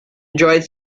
enjoyed